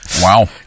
Wow